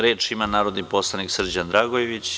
Reč ima narodni poslanik Srđan Dragojević.